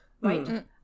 right